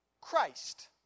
Christ